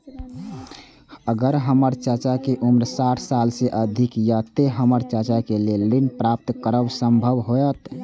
अगर हमर चाचा के उम्र साठ साल से अधिक या ते हमर चाचा के लेल ऋण प्राप्त करब संभव होएत?